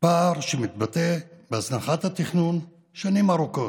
פער שמתבטא בהזנחת התכנון שנים ארוכות,